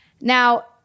now